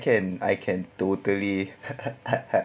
can I can totally